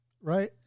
right